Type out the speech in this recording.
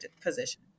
position